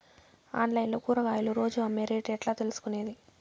Online లో కూరగాయలు రోజు అమ్మే రేటు ఎట్లా తెలుసుకొనేది?